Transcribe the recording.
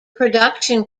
production